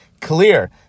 clear